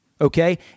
Okay